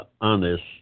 honest